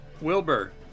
Wilbur